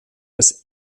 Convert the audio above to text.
des